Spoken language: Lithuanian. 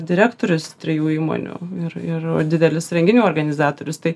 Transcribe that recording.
direktorius trijų įmonių ir ir didelis renginių organizatorius tai